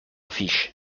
fiche